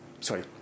sorry